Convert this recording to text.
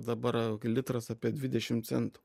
dabar litras apie dvidešim centų